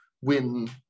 win